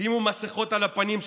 שימו מסכות על הפנים,